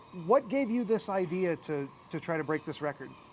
what gave you this idea to to try to break this record?